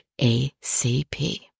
ACP